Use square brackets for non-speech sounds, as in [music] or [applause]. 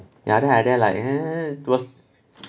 ya then I there like [laughs] was